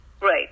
Right